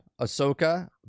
Ahsoka